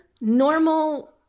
normal